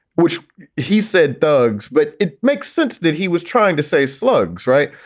which he said thugs. but it makes sense that he was trying to say slugs. right.